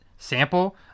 Sample